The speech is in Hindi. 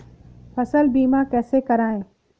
फसल बीमा कैसे कराएँ?